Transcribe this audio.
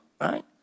right